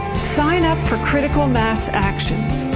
sign up for critical mass actions.